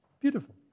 Beautiful